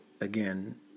again